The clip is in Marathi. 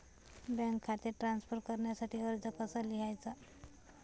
बँक खाते ट्रान्स्फर करण्यासाठी अर्ज कसा लिहायचा?